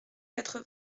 quatre